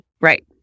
Right